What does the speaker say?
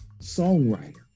songwriter